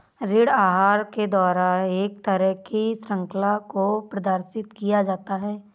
ऋण आहार के द्वारा एक तरह की शृंखला को प्रदर्शित किया जाता है